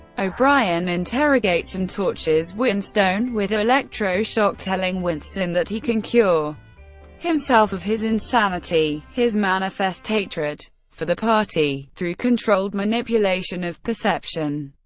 o'brien interrogates and tortures winston with electroshock, telling winston that he can cure himself of his insanity his manifest hatred for the party through controlled manipulation of perception.